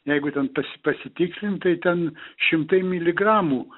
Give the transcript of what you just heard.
jeigu ten pasi pasitikslint tai ten šimtai miligramų